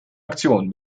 aktion